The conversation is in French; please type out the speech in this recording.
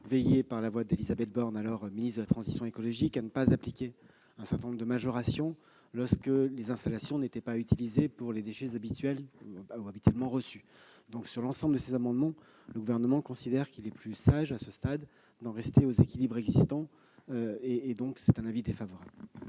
veillé, par l'entremise d'Élisabeth Borne, alors ministre de la transition écologique, à ne pas appliquer un certain nombre de majorations lorsque les installations n'étaient pas utilisées pour traiter les déchets habituellement reçus. Sur l'ensemble de ces amendements relatifs à la TGAP, le Gouvernement considère qu'il est plus sage, à ce stade, d'en rester aux équilibres existants. Par conséquent, l'avis est défavorable.